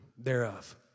Thereof